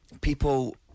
people